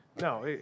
No